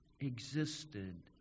existed